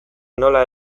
nola